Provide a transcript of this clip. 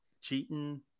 cheating